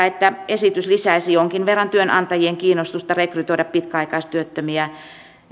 että esitys lisäisi jonkin verran työnantajien kiinnostusta rekrytoida pitkäaikaistyöttömiä